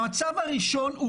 המצב הראשון,